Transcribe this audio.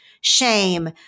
shame